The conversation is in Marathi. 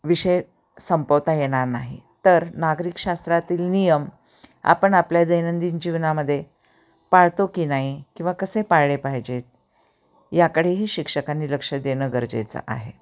विषय संपवता येणार नाही तर नागरिक शास्त्रातील नियम आपण आपल्या दैनंदिन जीवनामध्ये पाळतो की नाही किंवा कसे पाळले पाहिजेत याकडेही शिक्षकांनी लक्ष देणं गरजेचं आहे